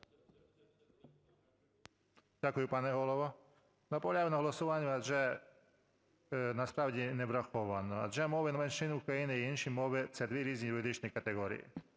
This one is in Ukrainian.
Дякую, пане Голово. Наполягаю на голосуванні, адже на стадії не враховано. Адже мова меншин України і інші мови - це дві різні юридичні категорії.